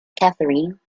katherine